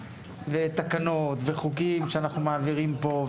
תקנות וחוקים שאנחנו מעבירים פה,